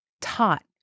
taught